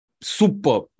super